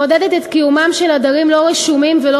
מעודדת את קיומם של עדרים לא רשומים ולא